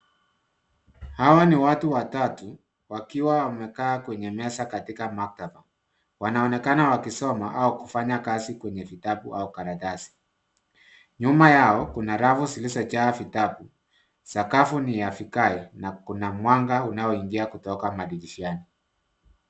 Hawa ni watu watatu, wakiwa wamekaa kwenye meza katika maktaba. Wanaonekana wakisoma au kufanya kazi kwenye vitabu au karatasi. Nyuma yao, kuna rafu zilizojaa vitabu. Sakafu ni ya vigae, na kuna mwanga unaoingia kutoka madirishani mwake.